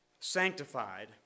sanctified